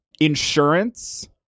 Insurance